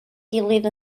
gilydd